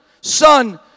Son